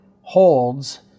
holds